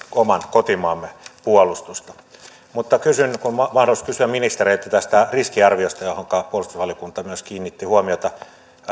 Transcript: oman kotimaamme puolustusta mutta kysyn kun on mahdollisuus kysyä ministereiltä tästä riskiarviosta johonka puolustusvaliokunta myös kiinnitti huomiota